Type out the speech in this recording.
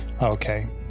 Okay